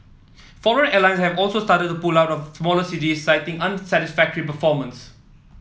foreign airlines have also started to pull out of smaller cities citing unsatisfactory performance